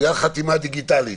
ומאשרת חתימה דיגיטלית.